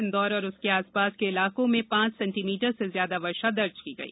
इंदौर और उसके आसपास के इलाकों में पांच सेंटीमीटर से ज्यादा वर्षा दर्ज की गई